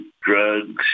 drugs